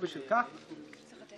עוד יום שהכנסת מתבזה ומבזה את עצמה